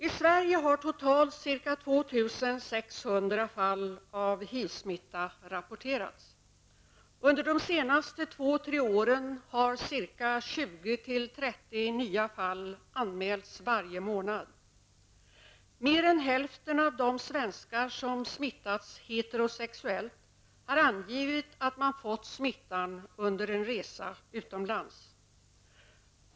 I Sverige har totalt ca 2 600 fall av HIV-smitta rapporterats. Under de senaste två till tre åren har ca 20--30 nya fall anmälts varje månad. Mer än hälften av de svenskar som smittats heterosexuellt har angivit att man fått smittan under en resa utomlands.